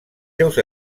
seus